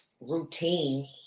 routine